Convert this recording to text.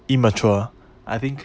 immature I think